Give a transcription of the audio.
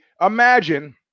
imagine